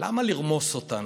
למה לרמוס אותנו?